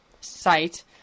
site